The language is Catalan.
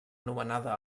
anomenada